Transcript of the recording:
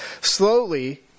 slowly